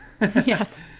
yes